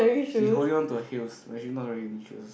she holding on to her heels but she's not wearing any shoes